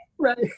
right